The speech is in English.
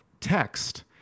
text